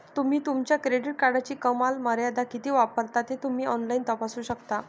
तुम्ही तुमच्या क्रेडिट कार्डची कमाल मर्यादा किती वापरता ते तुम्ही ऑनलाइन तपासू शकता